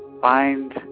Find